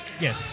Yes